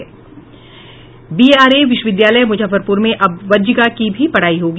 BRA विश्वविद्यालय मुजफ्फरपुर में अब वज्जिका की भी पढ़ाई होगी